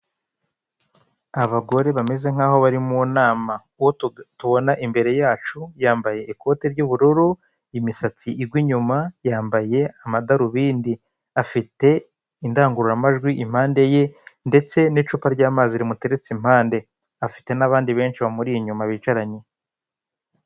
Abagore bameze nk'aho bari mu nama, uwo tubona imbere yacu yambaye ikoti ry'ubururu, imisatsi igwa inyuma, yambaye amadarubindi, afite indangururamajwi impande ye, ndetse n'icupa ry'amazi rimuteretse impande. Afite n'abandi benshi bamuri inyuma bicaranye.